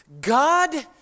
God